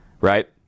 right